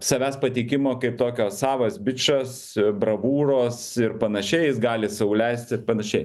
savęs pateikimo kaip tokio savas bičas bravūros ir panašiais jis gali sau leisti ir panašiai